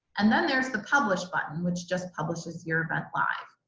and then there's the publish button which just publishes your event live.